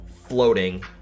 floating